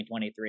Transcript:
2023